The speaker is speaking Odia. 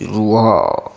ରୁହ